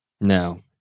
No